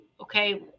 okay